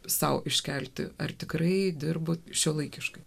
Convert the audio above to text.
sau iškelti ar tikrai dirbu šiuolaikiškai